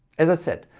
as i said,